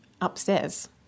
upstairs